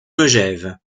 megève